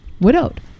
widowed